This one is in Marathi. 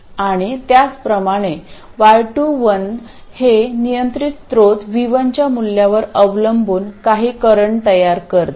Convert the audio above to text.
आणि त्याचप्रमाणे y21 हे नियंत्रण स्त्रोत V1 च्या मूल्यावर अवलंबून काही करंट तयार करते